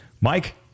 Mike